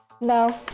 No